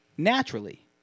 Naturally